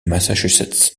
massachusetts